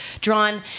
drawn